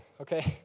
okay